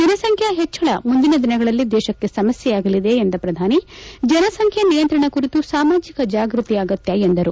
ಜನಸಂಖ್ಕಾ ಹೆಜ್ವಳ ಮುಂದಿನ ದಿನಗಳಲ್ಲಿ ದೇಶಕ್ಕೆ ಸಮಸ್ಕೆಯಾಗಲಿದೆ ಎಂದ ಪ್ರಧಾನಿ ಜನಸಂಖ್ಯೆ ನಿಯಂತ್ರಣ ಕುರಿತು ಸಾಮಾಜಿಕ ಜಾಗೃತಿ ಆಗತ್ತ ಎಂದರು